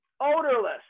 odorless